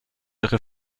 ihre